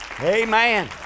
amen